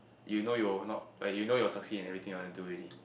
you know you will not like you know you will succeed in everything you wanna do already